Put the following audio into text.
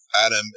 Adam